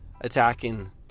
attacking